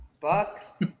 Bucks